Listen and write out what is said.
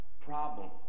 problem